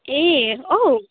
ए औ